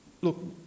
look